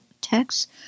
text